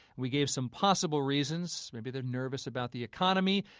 we gave some possible reasons maybe they're nervous about the economy,